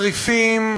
צריפים,